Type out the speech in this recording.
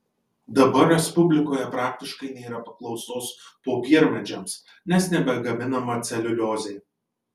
dabar respublikoje praktiškai nėra paklausos popiermedžiams nes nebegaminama celiuliozė